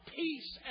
peace